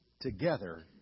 together